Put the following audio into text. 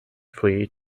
flee